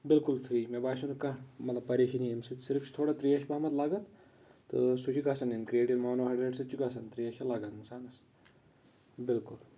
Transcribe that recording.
بِالکُل فرٛی مےٚ باسیٚو نہٕ کانٛہہ مطلب پَریشٲنی ییٚمِہ سۭتۍ صرف چھِ تھوڑا ترٛیش پہمَتھ لَگَان تہٕ چھِ گَژھان اَمہِ کِرٛیٹِن مونوہایڈریٹ سۭتۍ چھِ گَژھان ترٛیش چھِ لَگان اِنسانَس بِالکُل